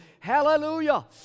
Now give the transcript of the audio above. Hallelujah